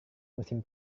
musim